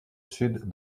sud